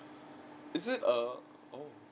is it a oh